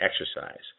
exercise